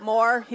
More